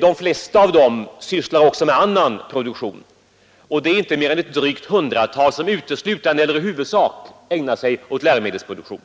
De flesta av dem sysslar också med annan produktion, och det är inte mer än ett drygt hundratal som främst ägnar sig åt läromedelsproduktion.